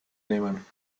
nehmen